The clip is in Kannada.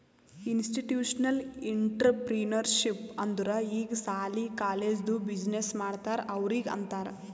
ಇನ್ಸ್ಟಿಟ್ಯೂಷನಲ್ ಇಂಟ್ರಪ್ರಿನರ್ಶಿಪ್ ಅಂದುರ್ ಈಗ ಸಾಲಿ, ಕಾಲೇಜ್ದು ಬಿಸಿನ್ನೆಸ್ ಮಾಡ್ತಾರ ಅವ್ರಿಗ ಅಂತಾರ್